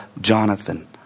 Jonathan